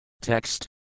Text